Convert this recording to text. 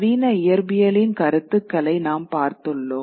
நவீன இயற்பியலின் கருத்துக்களை நாம் பார்த்துள்ளோம்